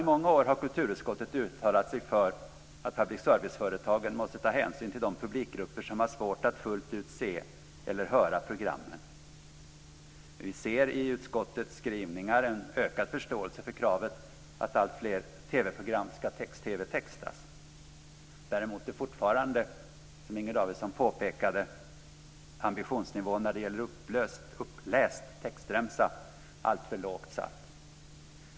I många år har kulturutskottet uttalat sig för att public service-företagen måste ta hänsyn till de publikgrupper som har svårt att fullt ut se eller höra programmen. Vi ser i utskottets skrivningar en ökad förståelse för kravet att alltfler TV-program ska text-TV textas. Däremot är fortfarande, som Inger Davidson påpekade, ambitionsnivån när det gäller uppläst textremsa alltför lågt satt.